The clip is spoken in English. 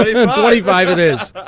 i mean twenty five it is.